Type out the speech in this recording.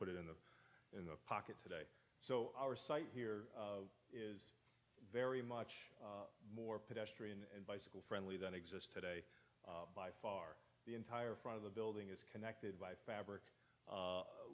put it in the in the pocket today so our site here is very much more pedestrian bicycle friendly than exists today by far the entire front of the building is connected by fabric